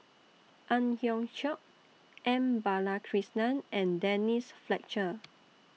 Ang Hiong Chiok M Balakrishnan and Denise Fletcher